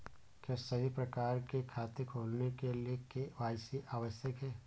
क्या सभी प्रकार के खाते खोलने के लिए के.वाई.सी आवश्यक है?